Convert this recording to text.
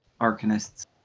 arcanists